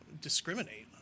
discriminate